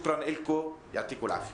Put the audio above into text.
תודה לכם, אלוהים ייתן לכם בריאות.